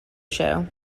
show